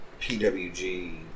PWG